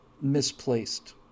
misplaced